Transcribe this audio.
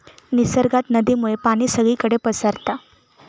निसर्गात नदीमुळे पाणी सगळीकडे पसारता